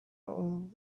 all